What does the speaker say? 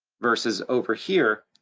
versus over here,